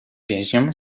więźniom